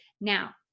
Now